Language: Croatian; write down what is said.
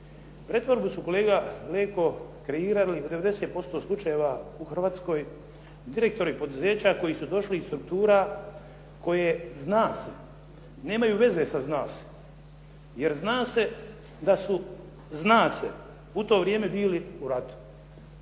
Pretvorbu su kolega Leko kreirali u 90% slučajeva u Hrvatskoj direktori poduzeća koji su došli iz struktura koje zna se nemaju veze sa "zna se" jer zna se da su "zna se" u to vrijeme bili u ratu.